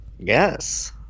Yes